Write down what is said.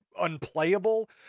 unplayable